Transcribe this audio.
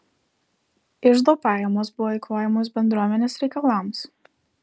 iždo pajamos buvo eikvojamos bendruomenės reikalams